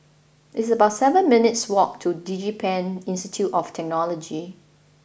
it's about seven minutes' walk to DigiPen Institute of Technology